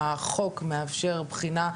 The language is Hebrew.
החוק מאפשר בחינה,